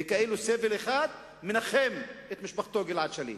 וכאילו סבל אחד מנחם את משפחתו של גלעד שליט,